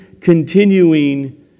continuing